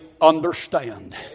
understand